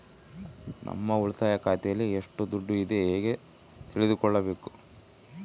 ನಮ್ಮ ಉಳಿತಾಯ ಖಾತೆಯಲ್ಲಿ ಎಷ್ಟು ದುಡ್ಡು ಇದೆ ಹೇಗೆ ತಿಳಿದುಕೊಳ್ಳಬೇಕು?